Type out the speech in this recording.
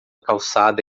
calçada